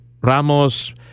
Ramos